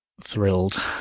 thrilled